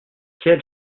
quel